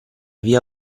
via